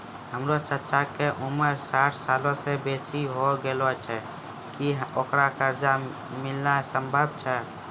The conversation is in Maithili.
हमरो चच्चा के उमर साठ सालो से बेसी होय गेलो छै, कि ओकरा कर्जा मिलनाय सम्भव छै?